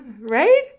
Right